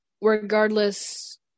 regardless